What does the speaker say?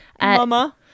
Mama